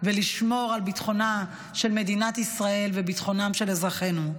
ולשמור על ביטחונה של מדינת ישראל וביטחונם של אזרחינו.